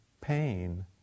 pain